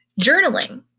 Journaling